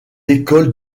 écoles